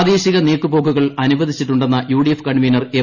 പ്രാദേശിക നീക്കുപോക്കുകൾ അനുവദിച്ചിട്ടുണ്ടെന്ന യുഡിഎഫ് കൺവീനർ എം